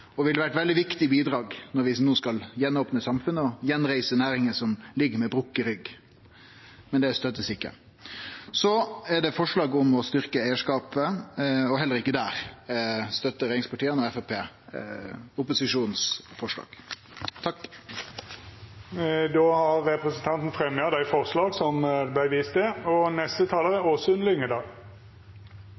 og ville vore eit veldig viktig bidrag når vi no skal gjenopne samfunnet og gjenreise næringa som ligg med brekt rygg, men det blir ikkje støtta. Vidare er det forslag om å styrkje eigarskapen. Heller ikkje der støttar regjeringspartia og Framstegspartiet opposisjonen sitt forslag. Då har representanten Torgeir Fylkesnes teke opp dei